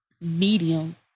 medium